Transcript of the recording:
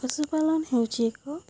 ପଶୁପାଳନ ହେଉଛି ଏକ